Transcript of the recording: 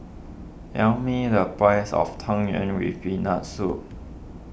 tell me the price of Tang Yuen with Peanut Soup